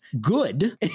good